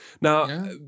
now